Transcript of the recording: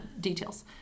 details